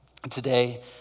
Today